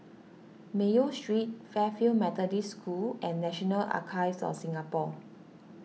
Mayo Street Fairfield Methodist School and National Archives of Singapore